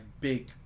big